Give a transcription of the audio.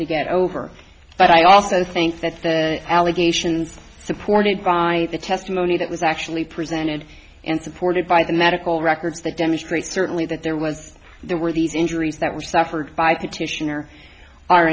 to get over but i also think that the allegations supported by the testimony that was actually presented and supported by the medical records that demonstrate certainly that there was there were these injuries that were suffered by petitioner are